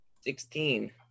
Sixteen